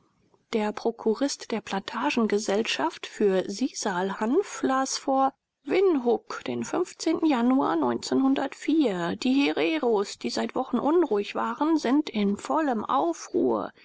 der prokurist der plantagengesellschaft für sisalhanf las vor winhuk den januar die hereros die seit wochen unruhig waren sind im vollen aufruhr